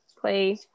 play